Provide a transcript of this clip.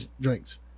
drinks